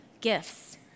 gifts